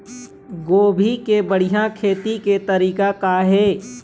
गोभी के बढ़िया खेती के तरीका का हे?